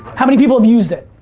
how many people have used it?